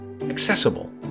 accessible